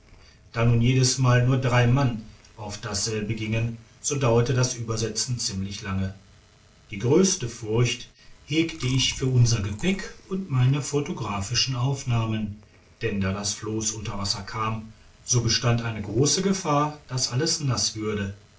da nun jedesmal nur drei mann auf dasselbe gingen so dauerte das uebersfctzen ziemlich lange die grösste furcht hegte ich für unser gepäck und meine photographischen aufnahmen denn da das floss unter wasser kam so bestand eine grosse gefahr dass alles nass würde